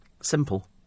simple